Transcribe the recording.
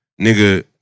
nigga